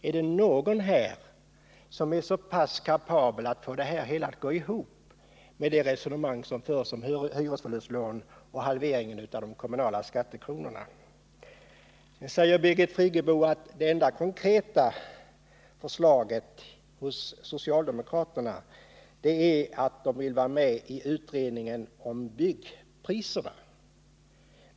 Är det någon här som är kapabel att tala om hur resonemanget om hyresförlustlån och halvering av de kommunala skattekronorna går ihop? Nu säger Birgit Friggebo att det enda konkreta förslaget från socialdemokraterna är att de vill vara med i utredningen om byggpriserna.